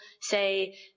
say